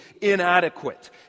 inadequate